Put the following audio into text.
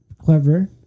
clever